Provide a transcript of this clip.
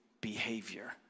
behavior